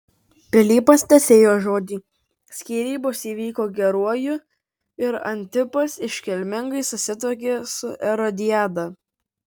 pilypas tesėjo žodį skyrybos įvyko geruoju ir antipas iškilmingai susituokė su erodiada